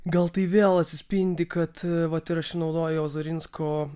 gal tai vėl atsispindi kad vat ir aš naudojau ozarinsko